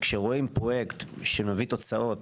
כשרואים פרויקט שמביא תוצאות